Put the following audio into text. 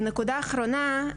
ונקודה אחרונה,